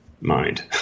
mind